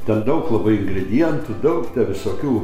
ten daug labai ingredientų daug visokių